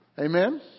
Amen